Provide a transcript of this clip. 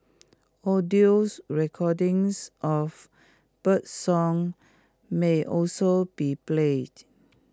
audios recordings of birdsong may also be played